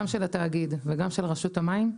גם של התאגיד וגם של רשות המים,